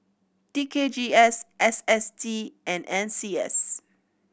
T K G S S S T and N C S